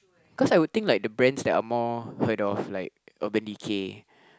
cause I would think like the brands that are more heard of like Urban-Decay